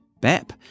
BEP